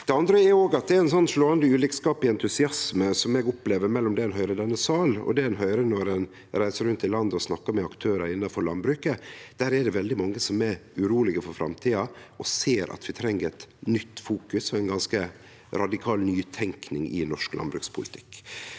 Punkt to: Eg opplever ein slåande ulikskap i entusiasme mellom det ein høyrer i denne salen, og det ein høyrer når ein reiser rundt i landet og snakkar med aktørar innanfor landbruket. Det er veldig mange som er urolege for framtida og ser at vi treng eit nytt fokus og ei ganske radikal nytenking i norsk landbrukspolitikk.